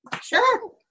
sure